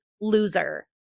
loser